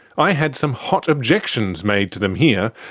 i had some hot objections made to them here,